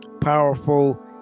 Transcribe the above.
powerful